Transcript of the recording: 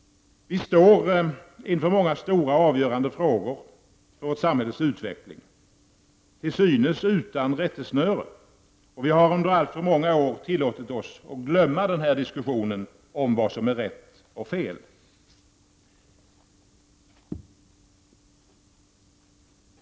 Vi står inför många stora och avgörande frågor när det gäller samhällets utveckling, till synes utan rättesnöre. Vi har under alltför många år tillåtit oss att glömma diskussionen om vad som är rätt och fel.